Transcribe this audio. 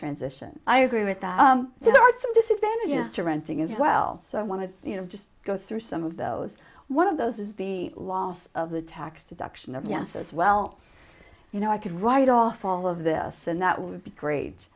transition i agree with that there are some disadvantages to renting as well so i want to just go through some of those one of those is the loss of the tax deduction of yes as well you know i could write off all of this and that would be great